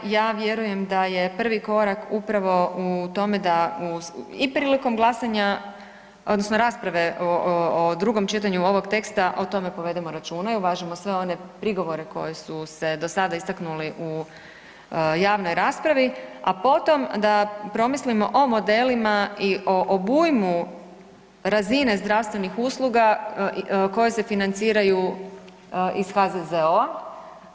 Ja vjerujem da je prvi korak upravo u tome da i prilikom glasanja odnosno rasprave o drugom čitanju ovog teksta o tome povedemo računa i uvažimo sve one prigovore koji su se do sada istaknuli u javnoj raspravi, a potom da promislimo o modelima i o obujmu razine zdravstvenih usluga koje se financiraju iz HZZO-a.